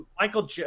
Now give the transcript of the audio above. michael